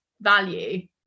value